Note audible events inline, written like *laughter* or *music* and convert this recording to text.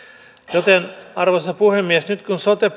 joten arvoisa puhemies nyt kun sote *unintelligible*